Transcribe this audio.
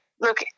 look